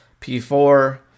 P4